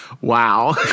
Wow